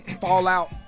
fallout